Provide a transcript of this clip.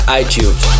iTunes